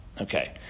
Okay